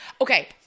okay